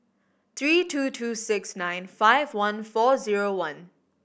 three two two six nine five one four zero one